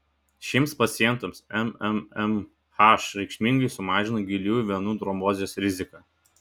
šiems pacientams mmmh reikšmingai sumažina giliųjų venų trombozės riziką